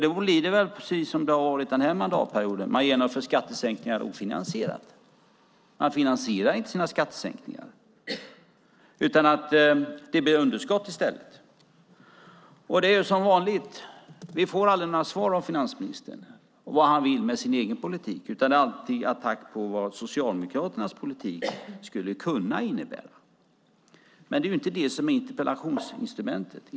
Då blir det väl precis som det har varit den här mandatperioden. Man genomför ofinansierade skattesänkningar. Man finansierar inte sina skattesänkningar, utan det blir underskott i stället. Det är som vanligt. Vi får aldrig några svar av finansministern om vad han vill med sin egen politik. Det är alltid en attack på vad Socialdemokraternas politik skulle kunna innebära. Men det är inte det som interpellationsinstrumentet handlar om.